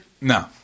No